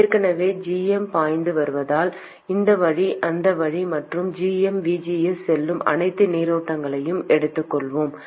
ஏற்கனவே gm பாய்ந்து வருவதால் இந்த வழி அந்த வழி மற்றும் gm VGS செல்லும் அனைத்து மின்னோட்டங்களையும் எடுத்துக்கொள்வேன்